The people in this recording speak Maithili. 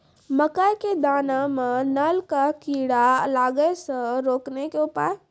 मकई के दाना मां नल का कीड़ा लागे से रोकने के उपाय?